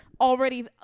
already